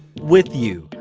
with you.